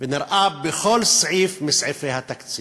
ונראה בכל סעיף מסעיפי התקציב.